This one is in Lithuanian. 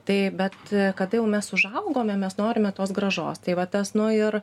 tai bet kada jau mes užaugome mes norime tos grąžos tai va tas nu ir